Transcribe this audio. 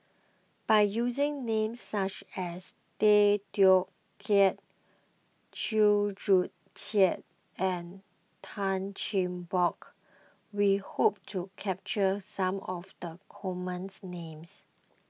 by using names such as Tay Teow Kiat Chew Joo Chiat and Tan Cheng Bock we hope to capture some of the common names